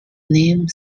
name